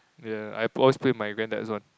yeah I put always play with my granddad's one